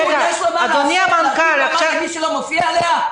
לא לעובד במה שלא מופיע עליה?